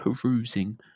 perusing